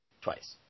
Twice